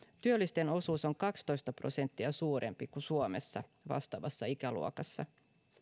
työllisten osuus on kaksitoista prosenttia suurempi kuin suomessa vastaavassa ikäluokassa